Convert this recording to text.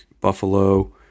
Buffalo